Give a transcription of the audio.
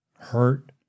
hurt